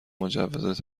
مجوز